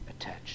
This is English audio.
attached